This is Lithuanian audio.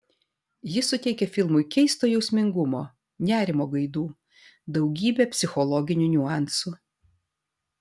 ji suteikia filmui keisto jausmingumo nerimo gaidų daugybę psichologinių niuansų